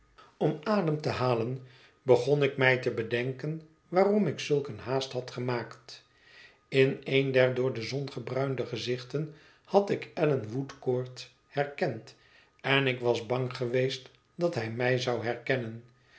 om adem te halen begon ik mij te bedenken waarom ik zulk een haast had gemaakt in een der door de zon gebruinde gezichten had ikallanwoodcourt herkend en ik was bang geweest dat hij mij zou herkennen